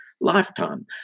lifetime